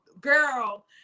girl